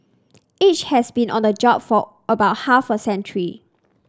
each has been on the job for about half a century